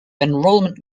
enrollment